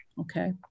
Okay